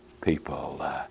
people